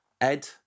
Ed